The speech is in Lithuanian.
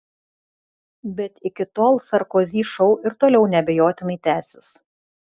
bet iki tol sarkozy šou ir toliau neabejotinai tęsis